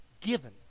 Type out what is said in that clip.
given